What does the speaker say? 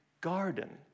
garden